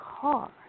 car